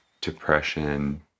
depression